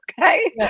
Okay